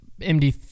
MD